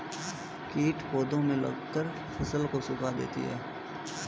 कीट पौधे में लगकर फसल को सुखा देते हैं